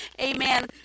amen